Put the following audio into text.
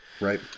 Right